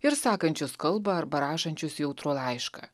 ir sakančius kalbą arba rašančius jautrų laišką